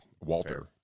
walter